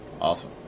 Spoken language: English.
Awesome